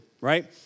right